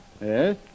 Yes